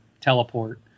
teleport